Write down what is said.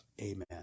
Amen